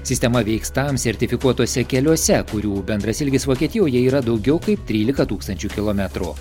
sistema veiks tam sertifikuotuose keliuose kurių bendras ilgis vokietijoje yra daugiau kai trylika tūkstančių kilometrų